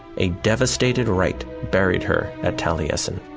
a devastated wright buried her at taliesin.